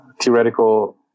theoretical